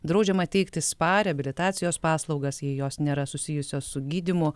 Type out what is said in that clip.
draudžiama teikti spa reabilitacijos paslaugas jei jos nėra susijusios su gydymu